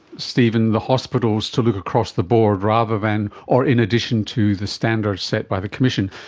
stephen, the hospitals to look across the board rather than, or in addition to the standards set by the commission?